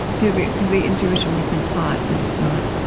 to the the intuition we've been taught that is not